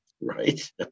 right